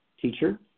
teacher